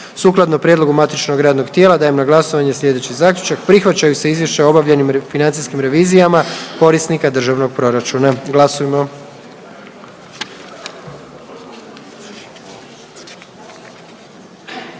Sukladno prijedlogu matičnog radnog tijela dajem na glasovanje slijedeći zaključak. Prihvaća se Izvješće o obavljenim financijskim revizijama lokalnih jedinica. Molim glasujmo.